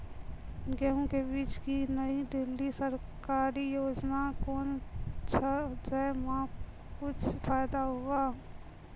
गेहूँ के बीज की नई दिल्ली सरकारी योजना कोन छ जय मां कुछ फायदा हुआ?